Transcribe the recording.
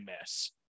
miss